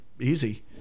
easy